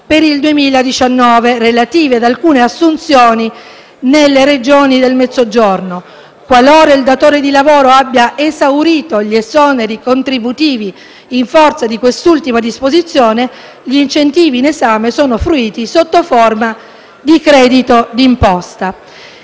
per il 2019, relative ad alcune assunzioni nelle Regioni del Mezzogiorno. Qualora il datore abbia esaurito gli esoneri contributivi in forza di quest'ultima disposizione, gli incentivi in esame sono fruiti sotto forma di credito di imposta.